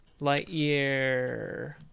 Lightyear